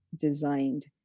designed